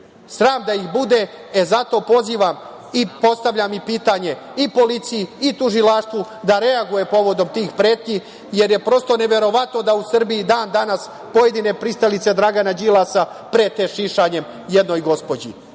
Sram da ih bude! Zato, pozivam i postavljam pitanje i policiji i tužilaštvu, da reaguje povodom tih pretnji, jer je prosto neverovatno da u Srbiji i dan danas pojedine pristalice Dragana Đilasa prete šišanjem jednoj gospođi.